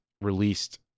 released